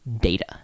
data